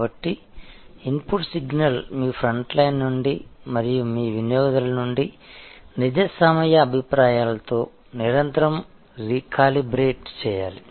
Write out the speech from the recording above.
కాబట్టి input signal మీ front line నుండి మరియు మీ వినియోగదారుల నుండి నిజ సమయ అభిప్రాయాలతో నిరంతరం రీకాలిబ్రేట్ చేయాలి